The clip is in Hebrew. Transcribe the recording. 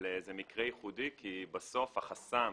אבל זה מקרה ייחודי כי בסוף החסם